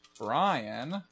Brian